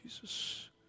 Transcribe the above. Jesus